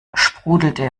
sprudelte